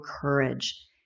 courage